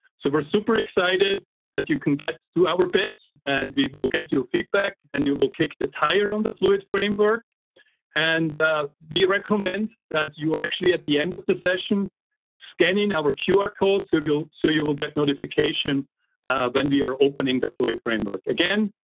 so we're super-excited that you can get to our bits and we will get your feedback and you will kick the tire on the fluid framework and we recommend that you are actually at the end of the session scanning our qr code so you will so you will get notification when we are opening the fluid framework. again,